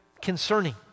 concerning